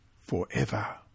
forever